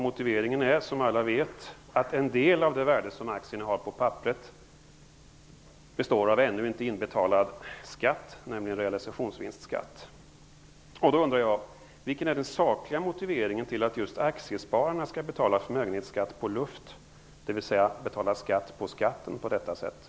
Motiveringen är, som alla vet, att en del av det värde aktierna har på papperet består av ännu inte inbetald skatt, nämligen realisationsvinstskatt. Då undrar jag: Vilken är den sakliga motiveringen till att just aktiespararna skall betala förmögenhetsskatt på luft? Varför skall de på detta sätt betala skatt på skatten?